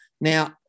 Now